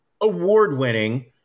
award-winning